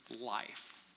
life